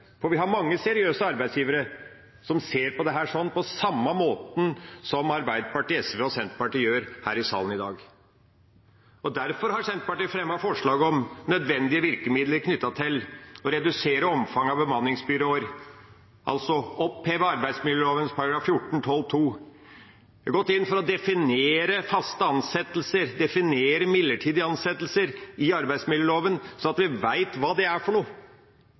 Vi har mange seriøse arbeidsgivere som ser på dette på samme måte som Arbeiderpartiet, SV og Senterpartiet gjør her i salen i dag. Derfor har Senterpartiet fremmet forslag om nødvendige virkemidler knyttet til å redusere omfanget av bemanningsbyråer, altså oppheve arbeidsmiljøloven § 14-12 . Vi har gått inn for å definere faste ansettelser og midlertidige ansettelser i arbeidsmiljøloven, sånn at vi vet hva det er for